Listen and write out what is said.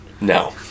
No